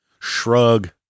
shrug